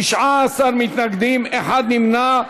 19 מתנגדים, אחד נמנע.